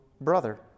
brother